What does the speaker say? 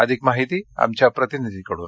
अधिक माहिती आमच्या प्रतिनिधीकडून